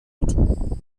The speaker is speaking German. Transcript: auto